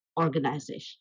organization